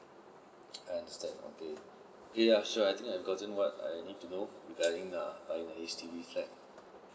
I understand okay I'm sure I think I gotten what I need to know regarding err buying a H_D_B flat